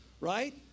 right